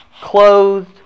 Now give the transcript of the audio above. clothed